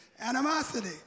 animosity